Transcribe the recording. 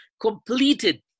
completed